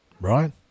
right